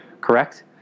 correct